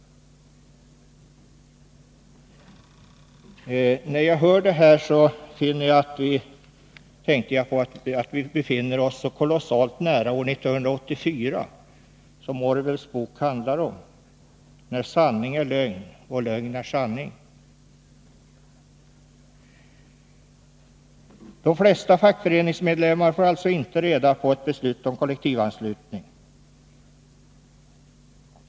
När jag hör det här tänker jag på att vi befinner oss så kolossalt nära år 1984, som George Orwells bok handlar om, när sanning är lögn och lögn är sanning. De flesta fackföreningsmedlemmar får alltså inte reda på ett beslut om kollektivanslutning.